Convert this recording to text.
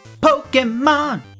pokemon